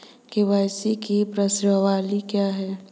KYC प्रश्नावली क्या है?